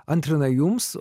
antrina jums